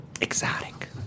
exotic